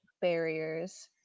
barriers